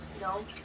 No